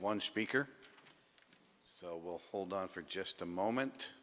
one speaker so we'll hold on for just a moment